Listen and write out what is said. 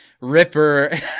Ripper